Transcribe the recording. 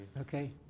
Okay